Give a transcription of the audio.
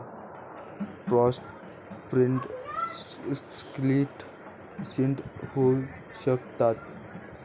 trust fund क्लिष्ट सिद्ध होऊ शकतात